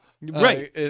right